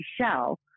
shell